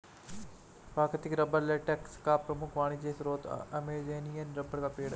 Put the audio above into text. प्राकृतिक rubber latex का प्रमुख वाणिज्यिक स्रोत अमेज़ॅनियन रबर का पेड़ है